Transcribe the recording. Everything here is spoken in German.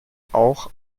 auch